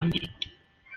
mbere